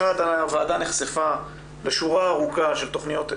הוועדה נחשפה בשורה ארוכה של תכניות איכותיות,